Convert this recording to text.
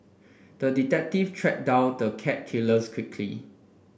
the detective tracked down the cat killers quickly